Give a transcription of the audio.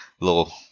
little